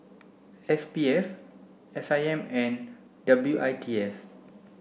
S P F S I M and W I T S